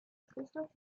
christoph